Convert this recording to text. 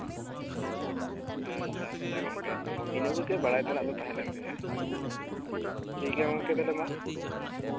ᱟᱪᱪᱷᱟ ᱟᱪᱪᱷᱟ ᱜᱚᱢᱠᱮ ᱤᱱᱟᱹ ᱠᱚᱜᱮ ᱵᱟᱲᱟᱭ ᱛᱮᱱᱟᱜ ᱫᱚ ᱛᱟᱦᱮᱸᱠᱟᱱ ᱛᱤᱧᱟ ᱴᱷᱤᱠ ᱜᱮᱭᱟ ᱜᱚᱢᱠᱮ ᱛᱟᱦᱚᱞᱮ ᱢᱟ